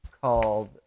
called